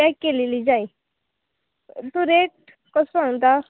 pack केलेली जाय तूं रेट कसो सांगता